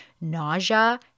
nausea